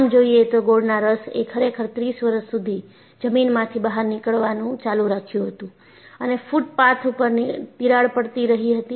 આમ જોઈએ તો ગોળના રસ એ ખરેખર 30 વર્ષ સુધી જમીનમાંથી બહાર નીકળવાનું ચાલુ રાખ્યું હતું અને ફૂટપાથ ઉપર તિરાડ પડતી રહી હતી